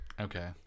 Okay